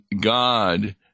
God